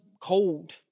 cold